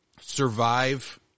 survive